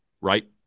right